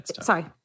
Sorry